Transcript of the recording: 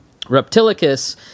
reptilicus